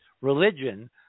religion